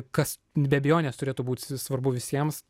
kas be abejonės turėtų būti svarbu visiems